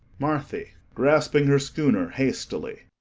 marthy grasping her schooner hastily